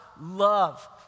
love